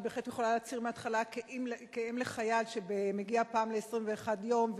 אני בהחלט יכולה להצהיר בהתחלה כאם לחייל שמגיע פעם ב-21 יום,